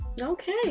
Okay